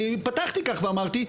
אני פתחתי כך ואמרתי,